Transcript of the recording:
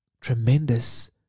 tremendous